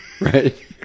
right